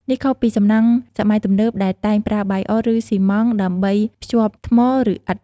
នេះខុសពីសំណង់សម័យទំនើបដែលតែងប្រើបាយអ ឬស៊ីម៉ងត៍ដើម្បីភ្ជាប់ថ្ម ឬឥដ្ឋ។